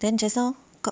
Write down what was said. then just now kau